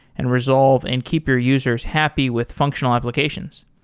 and resolve, and keep your users happy with functional applications.